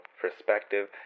perspective